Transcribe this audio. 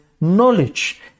knowledge